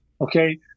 Okay